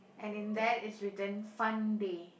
and in that is written fun day